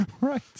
Right